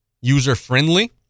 user-friendly